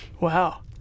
Wow